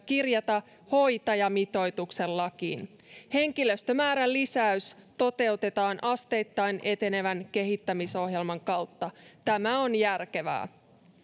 kirjata hoitajamitoituksen lakiin henkilöstömäärän lisäys toteutetaan asteittain etenevän kehittämisohjelman kautta tämä on järkevää